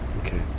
okay